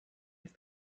have